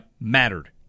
mattered